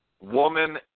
woman